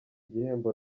igihembo